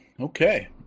okay